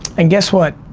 and guess what?